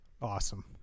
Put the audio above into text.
Awesome